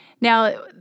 Now